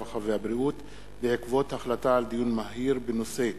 הרווחה והבריאות בעקבות דיון מהיר בנושא: